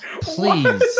please